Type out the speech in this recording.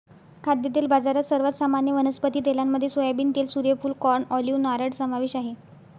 खाद्यतेल बाजारात, सर्वात सामान्य वनस्पती तेलांमध्ये सोयाबीन तेल, सूर्यफूल, कॉर्न, ऑलिव्ह, नारळ समावेश आहे